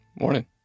morning